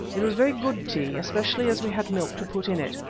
it was very good tea, especially as we had milk to put in it,